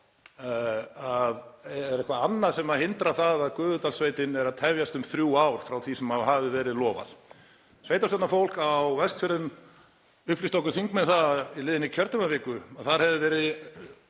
það sé eitthvað annað sem hindrar það að Gufudalssveitin sé að tefjast um þrjú ár frá því sem áður hafði verið lofað. Sveitarstjórnarfólk á Vestfjörðum upplýsti okkur þingmenn um það í liðinni kjördæmaviku að þar hefði í